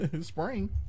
Spring